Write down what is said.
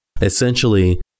essentially